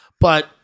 But-